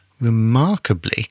remarkably